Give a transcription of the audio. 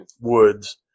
woods